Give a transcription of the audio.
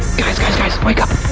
guys guys wake up.